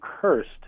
cursed